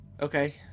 Okay